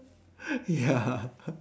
ya